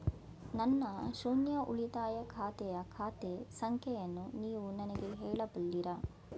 ನನ್ನ ಶೂನ್ಯ ಉಳಿತಾಯ ಖಾತೆಯ ಖಾತೆ ಸಂಖ್ಯೆಯನ್ನು ನೀವು ನನಗೆ ಹೇಳಬಲ್ಲಿರಾ?